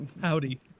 howdy